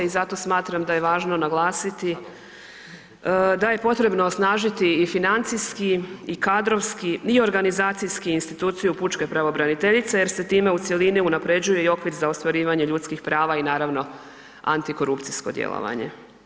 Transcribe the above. I zato smatram da je važno naglasiti da je potrebno osnažiti i financijski i kadrovski i organizacijski instituciju pučke pravobraniteljice jer se time u cjelini unapređuje i okvir za ostvarivanje ljudskih prava i antikorupcijsko djelovanje.